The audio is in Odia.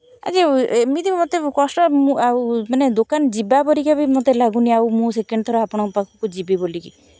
ଆଜି ଏମିତି ମୋତେ କଷ୍ଟ ଆଉ ମାନେ ଦୋକାନ ଯିବା ପରିକା ବି ମୋତେ ଲାଗୁନି ଆଉ ମୁଁ ସେକେଣ୍ଡ୍ ଥର ଆପଣଙ୍କ ପାଖକୁ ଯିବି ବୋଲିକି